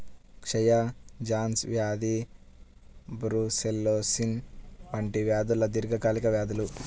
క్షయ, జాన్స్ వ్యాధి బ్రూసెల్లోసిస్ వంటి వ్యాధులు దీర్ఘకాలిక వ్యాధులు